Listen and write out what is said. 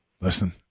listen